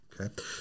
Okay